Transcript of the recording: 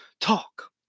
talk